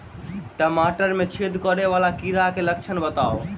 टमाटर मे छेद करै वला कीड़ा केँ लक्षण बताउ?